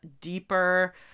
deeper